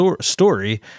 story